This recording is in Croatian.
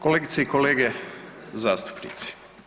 Kolegice i kolege zastupnici.